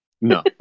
No